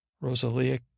Rosalia